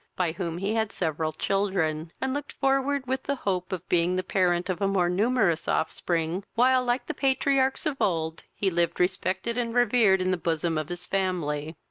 by whom he had several children, and looked forward with the hope of being the parent of a more numerous offspring, while, like the patriarchs of old, he lived respected and revered in the bosom of his family.